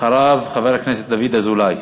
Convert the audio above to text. אחריו, חבר הכנסת דוד אזולאי.